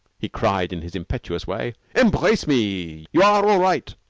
he cried in his impetuous way. embrace me. you are all right.